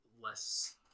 less